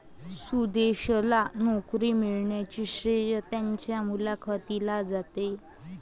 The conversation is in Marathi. सुदेशला नोकरी मिळण्याचे श्रेय त्याच्या मुलाखतीला जाते